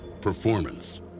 Performance